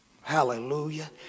Hallelujah